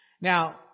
Now